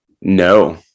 No